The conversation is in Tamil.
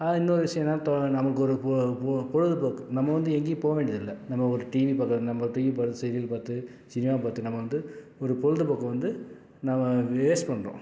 இன்னொரு விஷயம் என்ன தோ நமக்கொரு பொ பொ பொழுதுபோக்கு நம்ம வந்து எங்கேயும் போக வேண்டியதில்லை நம்ம ஒரு டிவி பார்க்கறது நம்ம டிவி பார்த்து சீரியல் பார்த்து சினிமா பார்த்து நம்ம வந்து ஒரு பொழுதுபோக்கைக வந்து நாம்ம வேஸ்ட் பண்ணுறோம்